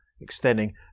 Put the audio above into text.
extending